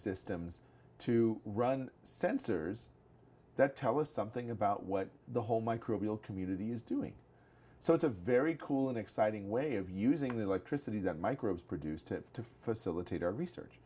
systems to run sensors that tell us something about what the whole microbial community is doing so it's a very cool and exciting way of using the electricity that microbes produce to facilitate our research